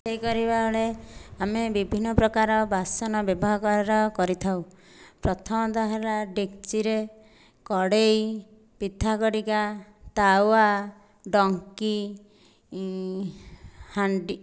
ରୋଷେଇ କରିବାବେଳେ ଆମେ ବିଭିନ୍ନପ୍ରକାର ବାସନ ବ୍ୟବହାର କରିଥାଉ ପ୍ରଥମତଃ ହେଲା ଡେକ୍ଚିରେ କଡ଼େଇ ପିଠା ଖଡ଼ିକା ତାୱା ଡଙ୍କୀ ହାଣ୍ଡି